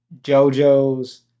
JoJo's